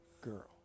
girl